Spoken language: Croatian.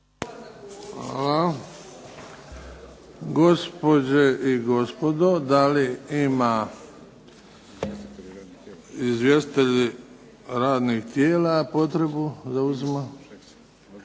Hvala. Gospođe i gospodo, da li ima izvjestitelji radnih tijela potrebu? U ime